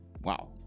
Wow